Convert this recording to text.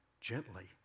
gently